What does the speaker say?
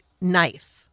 knife